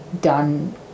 done